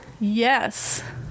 Yes